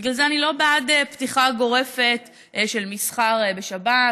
בגלל זה אני לא בעד פתיחה גורפת של מסחר בשבת,